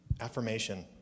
Affirmation